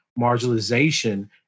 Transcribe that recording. marginalization